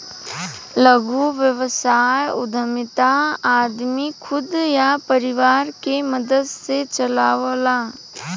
लघु व्यवसाय उद्यमिता आदमी खुद या परिवार के मदद से चलावला